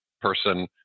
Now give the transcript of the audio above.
person